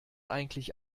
eigentlich